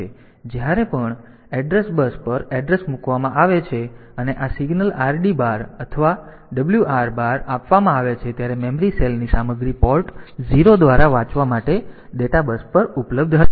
તેથી જ્યારે પણ એડ્રેસ બસ પર એડ્રેસ મૂકવામાં આવે છે અને આ સિગ્નલ RD બાર અથવા WR બાર આપવામાં આવે છે ત્યારે મેમરી સેલની સામગ્રી પોર્ટ 0 દ્વારા વાંચવા માટે ડેટા બસ પર ઉપલબ્ધ હશે